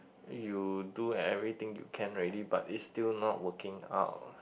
you do everything you can already but it's still not working out